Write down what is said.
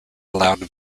allowed